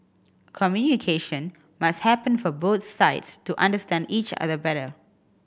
communication must happen for both sides to understand each other better